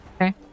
Okay